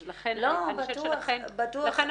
אז לכן, אני חושבת שזה קורה --- בטוח.